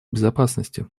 безопасности